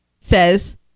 says